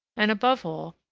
and, above all,